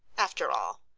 after all,